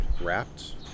wrapped